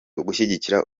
ugushyigikira